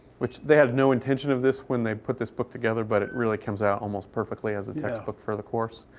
which they had no intention of this when they put this book together. but it really comes out almost perfectly as a textbook for the course.